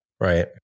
Right